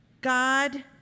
god